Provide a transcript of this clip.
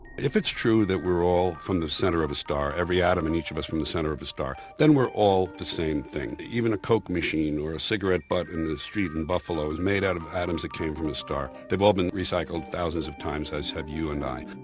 if it's true that we're all from the center of a star, every atom on each of us from the center of a star, then we're all the same thing. even a coke machine or a cigarette butt in the street in buffalo is made out of atoms that came from a star. they've all been recycled thousands of times, as have you and i.